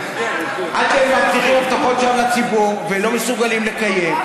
אתם מבטיחים הבטחות שווא לציבור ולא מסוגלים לקיים.